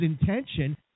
intention